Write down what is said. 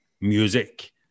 music